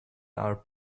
are